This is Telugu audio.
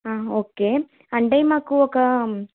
ఓకే అంటే మాకు ఒక